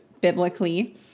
biblically